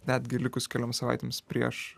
netgi likus kelioms savaitėms prieš